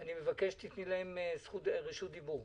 אני מבקש שתיתני להם רשות דיבור.